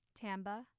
Tamba